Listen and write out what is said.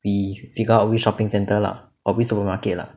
we figure out which shopping centre lah or which supermarket lah